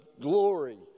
glory